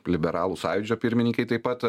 liberalų sąjūdžio pirmininkei taip pat